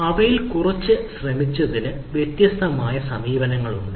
അവയിൽ കുറച്ച് ശ്രമിച്ചതിന് വ്യത്യസ്തമായ സമീപനങ്ങളുണ്ട്